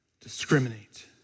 discriminate